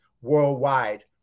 worldwide